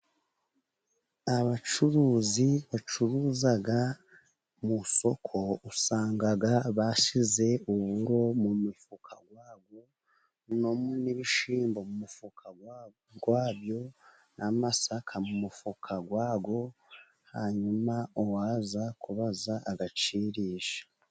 Abacuruzi bacuruza mu isoko usanga bashyize uburo mu mufuka wabwo ,n'ibishyimbo mu mufuka wabyo, n'amasaka mu mufuka wayo ,hanyuma uwaza kubaza agacirisha.